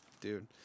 dude